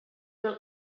will